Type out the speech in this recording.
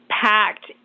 packed